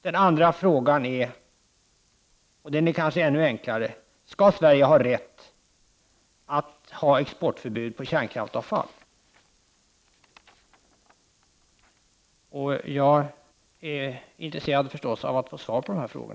Den andra frågan är kanske ännu enklare: Skall Sverige ha rätt att ha exportförbud på kärnkraftsavfall? Jag är förstås intresserad av att få svar på dessa frågor.